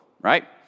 Right